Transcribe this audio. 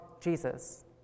Jesus